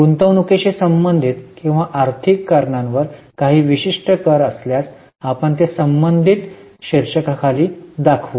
गुंतवणूकीशी संबंधित किंवा आर्थिक करण्यावर काही विशिष्ट कर असल्यास आपण ते संबंधित शीर्षकावर दाखवू